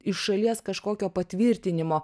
iš šalies kažkokio patvirtinimo